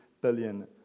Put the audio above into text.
billion